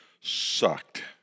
sucked